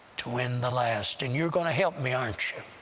to win the last, and you're gonna help me, aren't you?